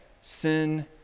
sin